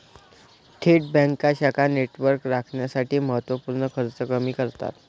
थेट बँका शाखा नेटवर्क राखण्यासाठी महत्त्व पूर्ण खर्च कमी करतात